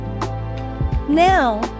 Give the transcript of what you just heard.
Now